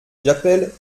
j’appelle